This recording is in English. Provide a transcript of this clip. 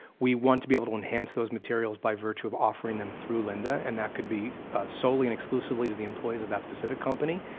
we want to be able to enhance those materials by virtue of offering them through lynda, and that could be solely and exclusively to the employees of that specific company,